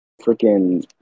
freaking